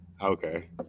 Okay